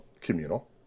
communal